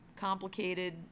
complicated